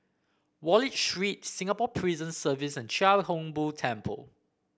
Wallich Street Singapore Prison Service and Chia Hung Boo Temple